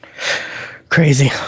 crazy